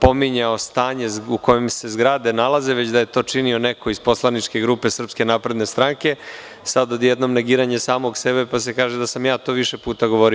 pominjao stanje u kojem se zgrade nalaze, već da je to činio neko iz poslaničke grupe SNS, a sada odjednom negiranje samog sebe, pa se kaže da sam ja to više puta govorio.